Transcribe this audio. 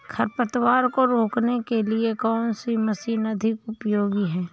खरपतवार को रोकने के लिए कौन सी मशीन अधिक उपयोगी है?